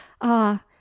Ah